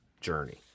journey